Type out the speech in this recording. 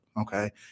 okay